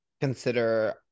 consider